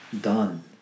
done